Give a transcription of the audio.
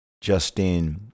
Justine